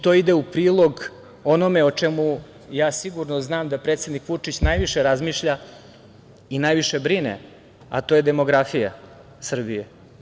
To ide u prilog onome o čemu, ja sigurno znam, da predsednik Vučić najviše razmišlja i najviše brine, a to je demografija Srbije.